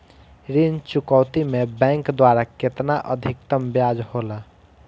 ऋण चुकौती में बैंक द्वारा केतना अधीक्तम ब्याज होला?